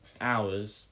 hours